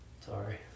Sorry